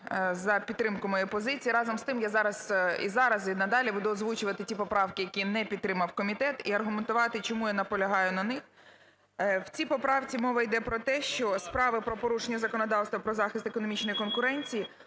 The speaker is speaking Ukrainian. за підтримку моєї позиції. Разом з тим я зараз, і зараз, і надалі буду озвучувати ті поправки, які не підтримав комітет, і аргументувати, чому я наполягаю на них. В цій поправці мова іде про те, що справи про порушення законодавства про захист економічної конкуренції